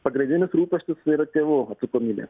pagrindinis rūpestis yra tėvų atsakomybė